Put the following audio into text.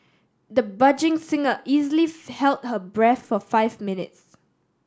the budding singer easily held her breath for five minutes